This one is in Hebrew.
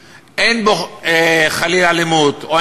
אני אענה לך את התשובה המלאה של המשרד, לא,